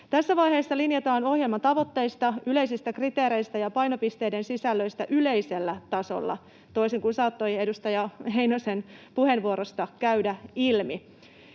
Tässä vaiheessa linjataan ohjelman tavoitteista, yleisistä kriteereistä ja painopisteiden sisällöistä yleisellä tasolla, toisin kuin saattoi edustaja Heinosen puheenvuorosta käydä ilmi.